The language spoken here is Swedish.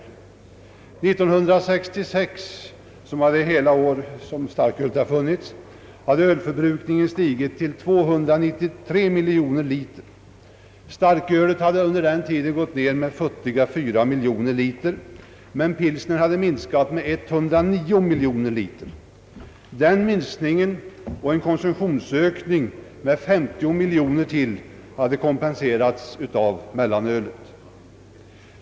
År 1966 — det första hela år då starköl såldes — hade ölförbrukningen stigit till 293 miljoner liter. Starkölet hade då gått ned med futtiga 4 miljoner liter, men pilsnern hade minskat med 109 miljoner liter. Denna minskning och nästan ytterligare 50 miljoner liter kompenserades av mellanölet.